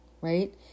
right